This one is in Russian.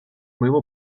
моего